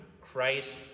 Christ